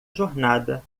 jornada